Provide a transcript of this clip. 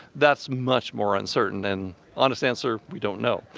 that's much more uncertain and, honest answer, we don't know.